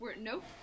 Nope